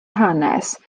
hanes